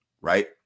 right